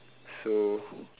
so